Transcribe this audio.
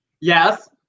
Yes